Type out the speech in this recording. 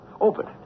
Open